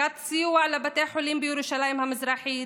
הפסקת הסיוע לבתי חולים בירושלים המזרחית,